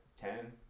ten